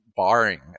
barring